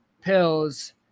pills